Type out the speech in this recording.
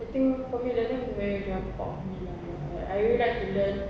I think for me learning is very for me lah I really like to learn